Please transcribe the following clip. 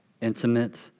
intimate